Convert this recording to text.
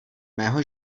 mého